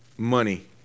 Money